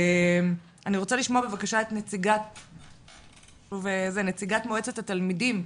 אני רוצה לשמוע בבקשה את נציגת מועצת התלמידים,